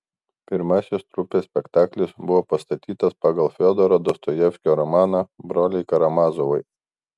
pirmasis trupės spektaklis buvo pastatytas pagal fiodoro dostojevskio romaną broliai karamazovai